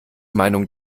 meinung